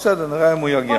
בסדר, נראה אם הוא יגיע.